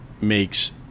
makes